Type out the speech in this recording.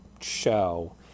show